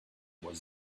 was